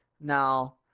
Now